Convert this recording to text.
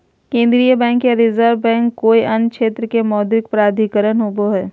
केन्द्रीय बैंक या reserve bank कोय अन्य क्षेत्र के मौद्रिक प्राधिकरण होवो हइ